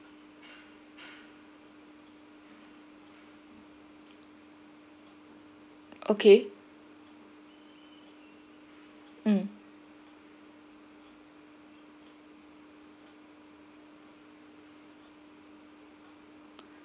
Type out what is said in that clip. okay mm